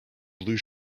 blue